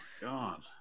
God